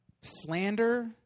slander